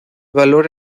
valor